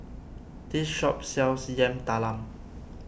this shop sells Yam Talam